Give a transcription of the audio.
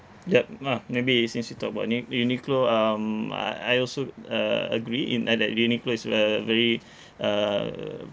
yup ma~ maybe i~ since you talk about ni~ Uniqlo um I I also uh agree in uh that Uniqlo is a very uh